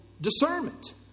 discernment